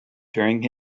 during